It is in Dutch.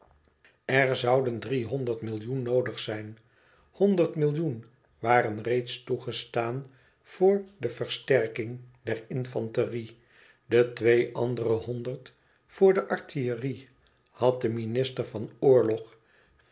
er zouden driehonderd millioen noodig zijn honderd millioen waren reeds toegestaan voor de versterking der infanterie de twee andere honderd voor de artillerie had de minister van oorlog